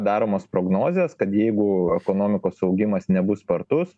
daromos prognozės kad jeigu ekonomikos augimas nebus spartus